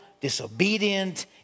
disobedient